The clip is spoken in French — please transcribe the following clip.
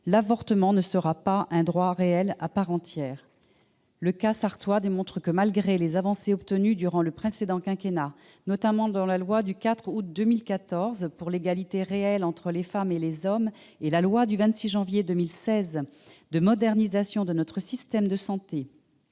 l'avortement ne sera pas un droit réel à part entière. Le cas sarthois démontre que, malgré les avancées obtenues durant le précédent quinquennat, notamment dans la loi du 4 août 2014 pour l'égalité réelle entre les femmes et les hommes, dans la loi du 26 janvier 2016 de modernisation de notre système de santé